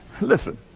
Listen